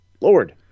Lord